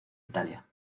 italia